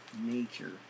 nature